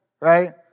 right